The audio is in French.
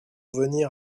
venir